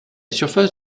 surface